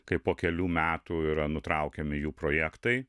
kai po kelių metų yra nutraukiami jų projektai